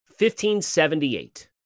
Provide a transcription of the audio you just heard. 1578